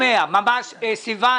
מגיע.